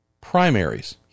primaries